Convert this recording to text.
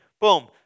boom